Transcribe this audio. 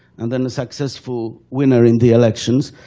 and then the successful winner in the elections,